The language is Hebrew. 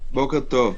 בוקר טוב.